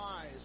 eyes